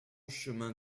chemin